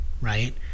right